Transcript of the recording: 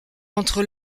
entre